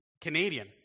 Canadian